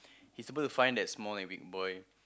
he supposed to find that small and weak boy